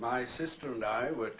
my sister and i would